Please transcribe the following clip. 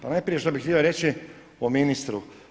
Pa najprije što bih htio reći o ministru.